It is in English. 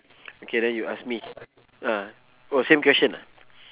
okay then you ask me ah oh same question